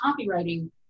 copywriting